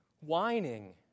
whining